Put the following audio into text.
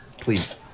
Please